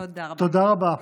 תודה רבה.